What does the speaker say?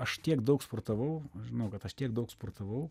aš tiek daug sportavau žinau kad aš tiek daug sportavau